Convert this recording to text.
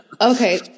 okay